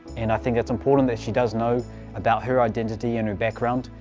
and i think that's important that she does know about her identity and her background.